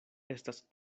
estas